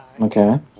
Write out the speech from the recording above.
Okay